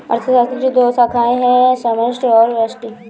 अर्थशास्त्र की दो शाखाए है समष्टि और व्यष्टि